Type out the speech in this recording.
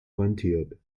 rentiert